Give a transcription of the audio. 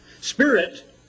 spirit